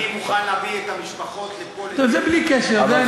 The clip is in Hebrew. אני מוכן להביא את המשפחות לפה, זה בלי קשר.